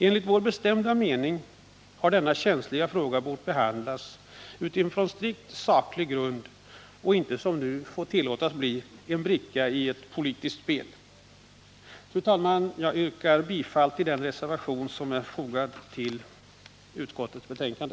Enligt vår bestämda mening hade denna känsliga fråga bort behandlas utifrån strikt saklig grund och inte som nu tillåtits bli en bricka i ett politiskt spel. Fru talman! Jag yrkar bifall till der, 2servation som är fogad till utskottets betänkande.